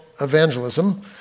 evangelism